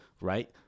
right